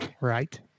Right